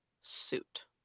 suit